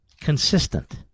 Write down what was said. consistent